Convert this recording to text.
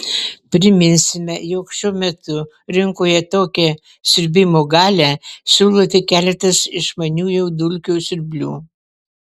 priminsime jog šiuo metu rinkoje tokią siurbimo galią siūlo tik keletas išmaniųjų dulkių siurblių